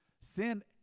Sin